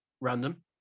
Random